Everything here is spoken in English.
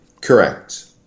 Correct